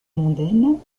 mondaine